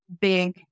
big